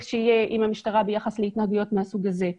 להיות עם המשטרה ביחס להתנהגויות מהסוג הזה.